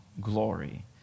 glory